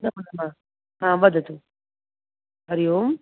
नमो नमः वदतु हरिः ओं